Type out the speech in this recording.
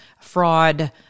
fraud